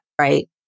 right